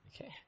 Okay